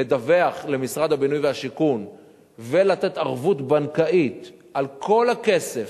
לדווח למשרד הבינוי והשיכון ולתת ערבות בנקאית על כל הכסף,